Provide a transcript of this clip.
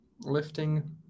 lifting